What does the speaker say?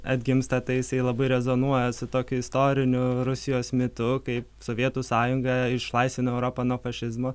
atgimsta tai jisai labai rezonuoja su tokiu istoriniu rusijos mitu kai sovietų sąjunga išlaisvino europą nuo fašizmo